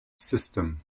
system